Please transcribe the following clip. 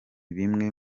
bimwe